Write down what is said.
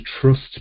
trust